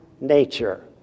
nature